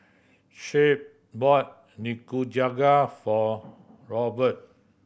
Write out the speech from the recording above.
Shep bought Nikujaga for Robert